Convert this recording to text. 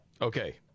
okay